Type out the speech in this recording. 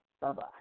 Bye-bye